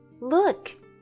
Look